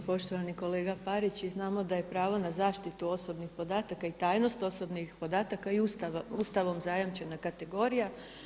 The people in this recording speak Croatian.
Točno je poštovani kolega Parić, znamo da je pravo na zaštitu osobnih podataka i tajnost osobnih podataka i Ustavom zajamčena kategorija.